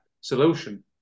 solution